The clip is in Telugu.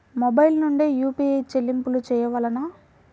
మొబైల్ నుండే యూ.పీ.ఐ చెల్లింపులు చేయవలెనా?